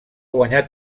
guanyar